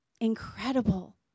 Incredible